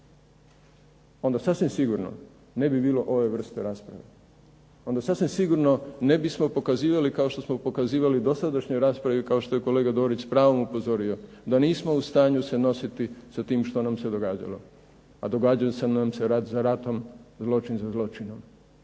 onda sasvim sigurno ne bi bilo ove vrste rasprave, onda sasvim sigurno ne bismo pokazivali kao što smo pokazivali u dosadašnjoj raspravi, kao što je kolega Dorić s pravom upozorio da nismo u stanju se nositi sa tim što nam se događalo, a događale su nam se za ratom zločin za zločinom